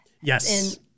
yes